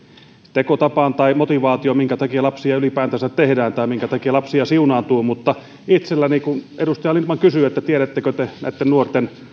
tekotapaan tai motivaatioon minkä takia lapsia ylipäätänsä tehdään tai minkä takia lapsia siunaantuu mutta kun edustaja lindtman kysyi tiedättekö te näitten nuorten